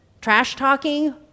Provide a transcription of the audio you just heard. Trash-talking